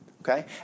Okay